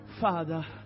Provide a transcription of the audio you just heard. Father